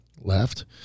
left